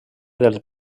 del